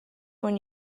when